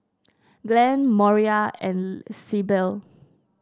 Glenn Moira and Syble